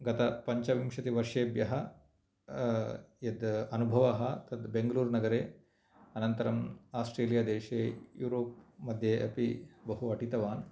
गत पञ्चविंशतिवर्षेभ्यः यत् अनुभवः तत् बेंगलुरुनगरे अनन्तरम् आस्ट्रेलियादेशे यूरोप् मध्ये अपि बहु अटितवान्